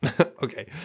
Okay